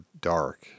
dark